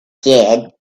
said